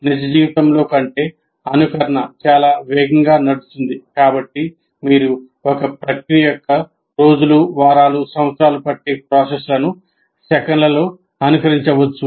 నిజ జీవితంలో కంటే అనుకరణ చాలా వేగంగా నడుస్తుంది కాబట్టి మీరు ఒక ప్రక్రియ యొక్క రోజులు వారాలు సంవత్సరాలు పట్టే ప్రాసెస్ లను సెకన్లలో అనుకరించవచ్చు